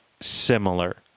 similar